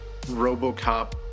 Robocop